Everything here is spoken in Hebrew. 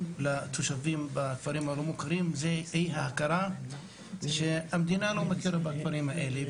לתושבים זה אי ההכרה שהמדינה לא מכירה בכפרים האלה,